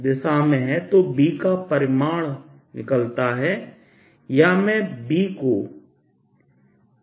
तो B का परिमाण निकलता है या मैं Bको B लिख सकता हूं